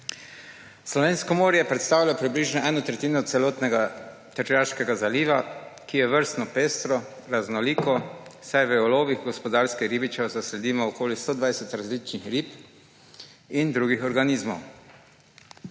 Slovensko morje predstavlja približno eno tretjino celotnega Tržaškega zaliva, ki je vrstno pestro, raznoliko, saj v ulovih gospodarskih ribičev zasledimo okoli 120 različnih rib in drugih organizmov.